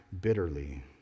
bitterly